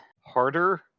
harder